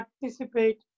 participate